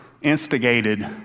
instigated